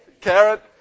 Carrot